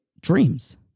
dreams